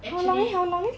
actually